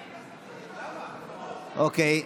אוקיי.